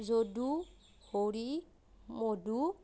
Jadu Hari Madhu